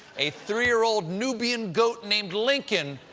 a three-year-old nubian goat named lincoln.